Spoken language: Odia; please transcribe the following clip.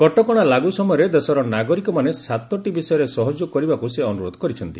କଟକଣା ଲାଗୁ ସମୟରେ ଦେଶର ନାଗରିକମାନେ ସାତଟି ବିଷୟରେ ସହଯୋଗ କରିବାକୁ ସେ ଅନୁରୋଧ କରିଛନ୍ତି